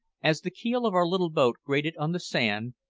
as the keel of our little boat grated on the sand,